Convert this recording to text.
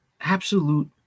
Absolute